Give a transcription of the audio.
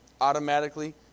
automatically